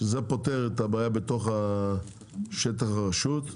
שזה פותר את הבעיה בתוך שטח הרשות,